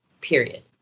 period